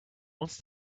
once